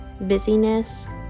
busyness